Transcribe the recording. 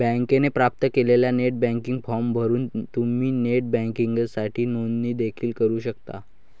बँकेने प्राप्त केलेला नेट बँकिंग फॉर्म भरून तुम्ही नेट बँकिंगसाठी नोंदणी देखील करू शकता